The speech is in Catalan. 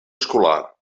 escolar